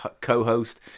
co-host